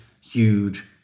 huge